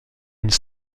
une